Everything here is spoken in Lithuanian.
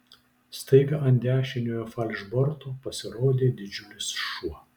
staiga ant dešiniojo falšborto pasirodė didžiulis šuo